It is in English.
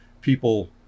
people